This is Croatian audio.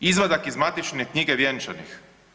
Izvadak iz matične knjige vjenčanih.